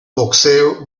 boxeo